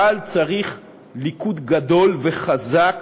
אבל צריך ליכוד גדול וחזק.